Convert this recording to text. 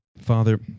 Father